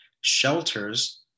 shelters